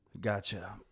Gotcha